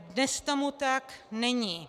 Dnes tomu tak není.